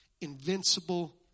invincible